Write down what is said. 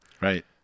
right